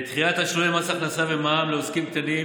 דחיית תשלומי מס הכנסה ומע"מ לעוסקים קטנים,